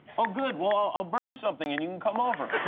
oh good, well ah i'll burn something and you can come over!